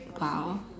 !wow!